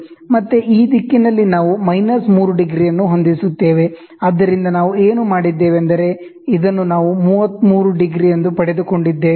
ಮತ್ತೆ ಈ ದಿಕ್ಕಿನಲ್ಲಿನಾವು ಮೈನಸ್ 3° ಅನ್ನು ಹೊಂದಿಸುತ್ತೇವೆ ಆದ್ದರಿಂದ ನಾವು ಏನು ಮಾಡಿದ್ದೇವೆಂದರೆ ಇದನ್ನು ನಾವು 33° ಎಂದು ಪಡೆದುಕೊಂಡಿದ್ದೇವೆ